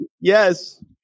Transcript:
Yes